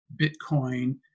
Bitcoin